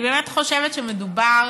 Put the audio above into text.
אני באמת חושבת שמדובר